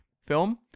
film